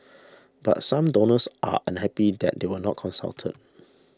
but some donors are unhappy that they were not consulted